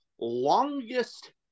longest